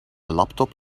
laptop